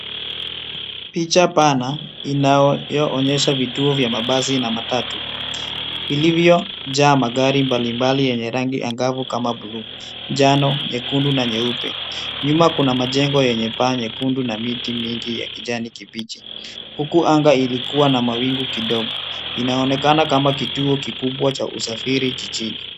Picha pana inayoonyesha vituo vya mabasi na matatu iliyojaa magari mbalimbali yenye rangi angavu kama buluu, njano, nyekundu na nyeupe. Nyuma kuna majengo yenye paa nyekundu na miti mingi ya kijani kibichi, huku anga ilikuwa na amwingu kidogo inaonekana kama kituo kikubwa cha usafiri jijini.